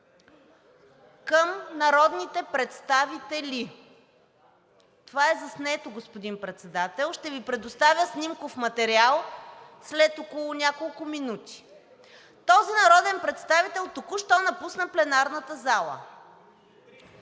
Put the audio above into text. към народните представители. Това е заснето, господин Председател – ще Ви предоставя снимков материал след няколко минути. Този народен представител току-що напусна пленарната зала.